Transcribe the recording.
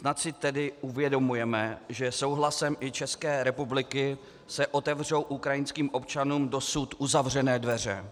Snad si tedy uvědomujeme, že souhlasem i České republiky se otevřou ukrajinským občanům dosud uzavřené dveře.